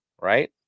right